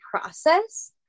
process